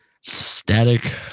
Static